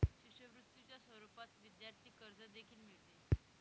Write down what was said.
शिष्यवृत्तीच्या स्वरूपात विद्यार्थी कर्ज देखील मिळते